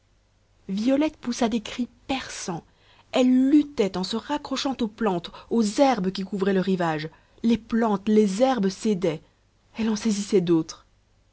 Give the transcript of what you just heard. violette poussa des cris perçants elle luttait en se raccrochant aux plantes aux herbes qui couvraient le rivage les plantes les herbes cédaient elle en saisissait d'autres